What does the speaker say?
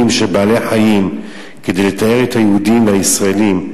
של בעלי-חיים כדי לתאר את היהודים והישראלים.